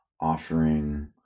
offering